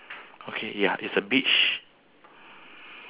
one is recycle bin and one is waste bin